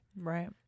right